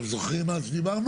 אתם זוכרים על מה דיברנו?